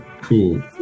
cool